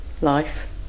Life